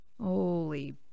Holy